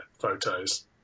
photos